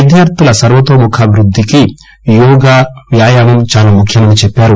విద్యార్థుల సర్వతోముఖాభివృద్దికి యోగ వ్యాయమం చాలా ముఖ్యమని చెప్పారు